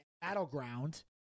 Battleground